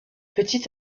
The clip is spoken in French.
petit